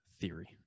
theory